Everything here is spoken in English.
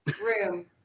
room